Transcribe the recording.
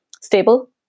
stable